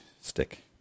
stick